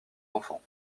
enfants